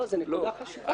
לא, זאת נקודה חשובה.